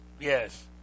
Yes